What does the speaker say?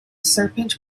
serpent